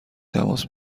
تماس